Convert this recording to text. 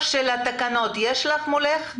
של התקנות מולך?